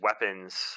weapons